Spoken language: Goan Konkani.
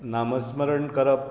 नामस्मरण करप